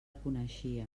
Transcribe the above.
coneixia